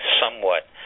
somewhat